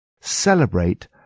Celebrate